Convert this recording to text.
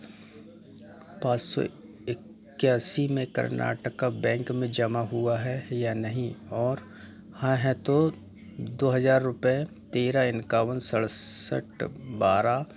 पाँच सौ इक्यासी में कर्नाटक बैंक में जमा हुआ है या नहीं और यदि हाँ तो दो हज़ार रुपये तेरह इक्यावन सड़सठ बारह